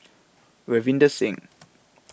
Ravinder Singh